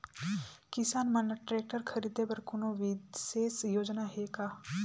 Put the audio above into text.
किसान मन ल ट्रैक्टर खरीदे बर कोनो विशेष योजना हे का?